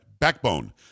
backbone